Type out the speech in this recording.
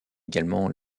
également